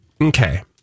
okay